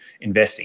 investing